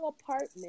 apartment